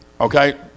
okay